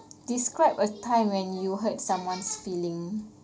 describe a time when you hurt someone's feeling